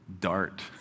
dart